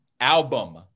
Album